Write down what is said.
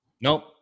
Nope